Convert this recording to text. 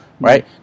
right